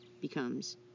becomes